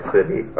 City